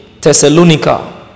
Thessalonica